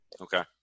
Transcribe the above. Okay